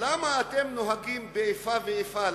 למה אתם נוהגים באיפה ואיפה?